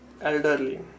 elderly